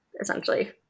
essentially